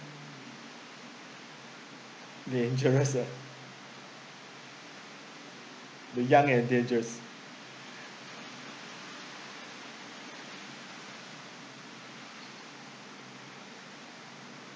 dangerous ah the young and dangerous